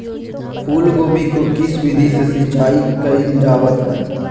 फूलगोभी को किस विधि से सिंचाई कईल जावत हैं?